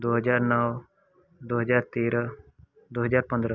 दो हज़ार नौ दो हज़ार तेरह दो हज़ार पंद्रह